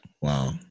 Wow